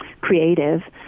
creative